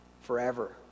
forever